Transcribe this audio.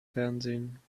fernsehen